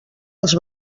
els